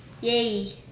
Yay